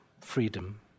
freedom